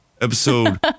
episode